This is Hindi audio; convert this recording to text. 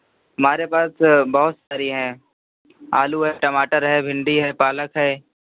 हमारे पास बहुत सारी हैं आलू है टमाटर है भिन्डी है पालक है